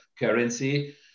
currency